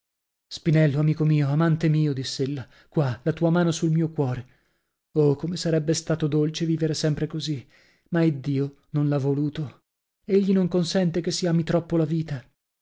spinello amico mio amante mio diss'ella qua la tua mano sul mio cuore oh come sarebbe stato dolce vivere sempre così ma iddio non l'ha voluto egli non consente che si ami troppo la vita